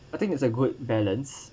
I think it's a good balance